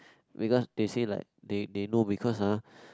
because they say like they they know because ah